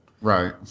right